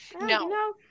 No